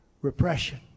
repression